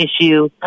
issue